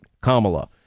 Kamala